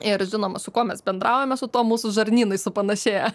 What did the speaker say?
ir žinoma su kuo mes bendraujame su tuo mūsų žarnynai supanašėja